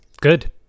Good